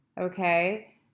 okay